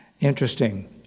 Interesting